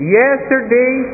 yesterday